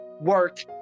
work